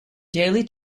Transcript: daily